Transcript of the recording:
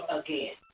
again